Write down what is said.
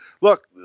Look